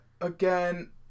again